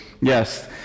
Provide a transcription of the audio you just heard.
Yes